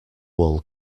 wool